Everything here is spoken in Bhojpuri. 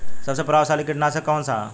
सबसे प्रभावशाली कीटनाशक कउन सा ह?